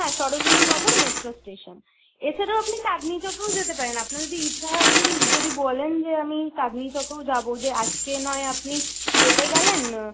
হ্যাঁ Sarojini Nagar metro station এছাড়াও আপনি চাঁদনি চকেও যেতে পারেন আপনার যদি ইচ্ছা হয় আপনি যদি বলেন যে আমি চাঁদনি চকেও যাবো যা আজকে নয় আপনি ইয়েতে গেলেন